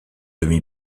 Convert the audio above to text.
demi